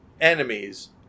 enemies